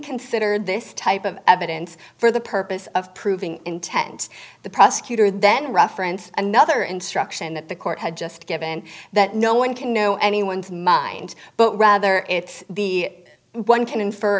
consider this type of evidence for the purpose of proving intent the prosecutor then reference another instruction that the court had just given that no one can know anyone's mind but rather if the one can infer